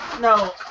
no